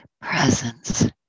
presence